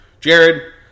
Jared